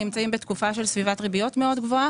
בתקופה של סביבת ריביות גבוהה מאוד.